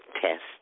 test